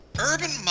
Urban